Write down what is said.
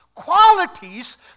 Qualities